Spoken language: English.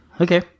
Okay